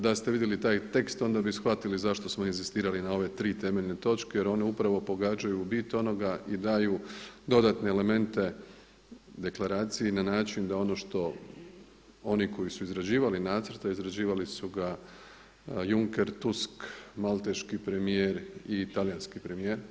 Da ste vidjeli taj tekst onda bi shvatili zašto smo inzistirali na ove tri temeljne točke, jer one upravo pogađaju u bit onoga i daju dodatne elemente deklaraciji na način da ono što oni koji su izrađivali nacrte izrađivali su ga Juncker, Tusk, Malteški premijer i talijanski premijer.